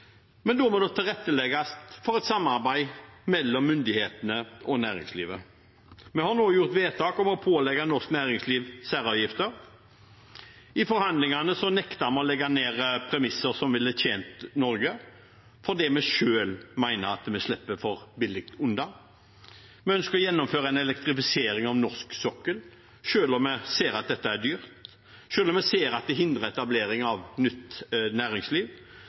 men da må det tilrettelegges for et samarbeid mellom myndighetene og næringslivet. Vi har nå gjort vedtak om å pålegge norsk næringsliv særavgifter. I forhandlingene nektet vi å legge ned premisser som ville tjent Norge, fordi vi selv mener at vi slipper for billig unna. Vi ønsker å gjennomføre elektrifisering av norsk sokkel – selv om vi ser at dette er dyrt, selv om vi ser at det hindrer etablering av nytt næringsliv,